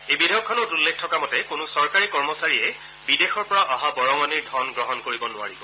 এই বিধেয়কখনত উল্লেখ থকা মতে কোনো চৰকাৰী কৰ্মচাৰীয়ে বিদেশৰ পৰা অহা বৰঙণিৰ ধন গ্ৰহণ কৰিব নোৱাৰিব